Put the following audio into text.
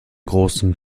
großen